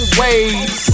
ways